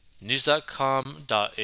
News.com.au